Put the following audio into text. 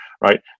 right